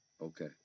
Okay